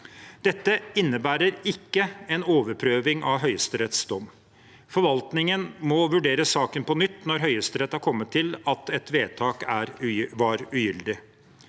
Dette innebærer ikke en overprøving av Høyesteretts dom. Forvaltningen må vurdere saken på nytt når Høyesterett har kommet til at et vedtak var ugyldig.